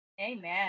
Amen